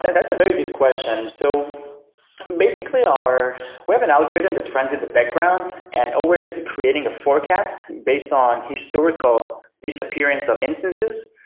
that's a very good question. so basically, our web and algorithms that runs in the background and always creating a forecast and based on historical disappearance of instances,